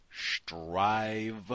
strive